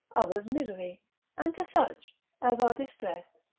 others' misery and to such as are distressed,